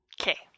okay